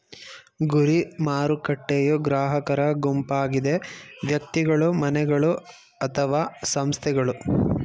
ಗುರಿ ಮಾರುಕಟ್ಟೆಯೂ ಗ್ರಾಹಕರ ಗುಂಪಾಗಿದೆ ವ್ಯಕ್ತಿಗಳು, ಮನೆಗಳು ಅಥವಾ ಸಂಸ್ಥೆಗಳು